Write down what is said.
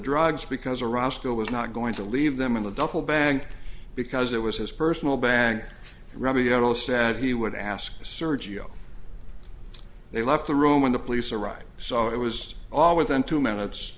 drugs because a roscoe was not going to leave them in the duffel bag because it was his personal bank robbery at all said he would ask sergio they left the room when the police arrived so it was all within two minutes